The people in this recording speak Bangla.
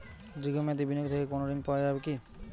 দীর্ঘ মেয়াদি বিনিয়োগ থেকে কোনো ঋন পাওয়া যাবে কী?